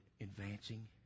advancing